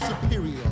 superior